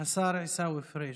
השר עיסאווי פריג',